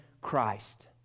Christ